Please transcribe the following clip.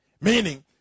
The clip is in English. Meaning